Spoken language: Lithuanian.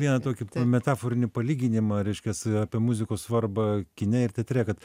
vieną tokį metaforinį palyginimą reiškias apie muzikos svarbą kine ir teatre kad